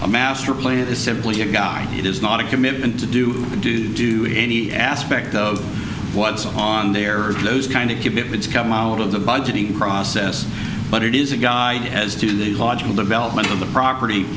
a master plan is simply a guy it is not a commitment to do do do any aspect of what's on there are those kind of commitments come out of the budgeting process but it is a guy as to the logical development of the property